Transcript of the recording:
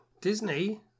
Disney